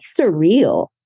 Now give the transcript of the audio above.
surreal